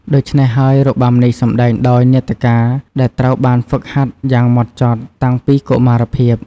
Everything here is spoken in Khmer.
ដូច្នេះហើយ របាំនេះសម្ដែងដោយ នាដការ ដែលត្រូវបានហ្វឹកហាត់យ៉ាងហ្មត់ចត់តាំងពីកុមារភាព។